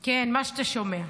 כן, מה שאתה שומע.